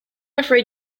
afraid